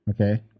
Okay